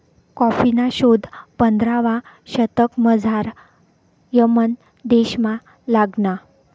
कॉफीना शोध पंधरावा शतकमझाऱ यमन देशमा लागना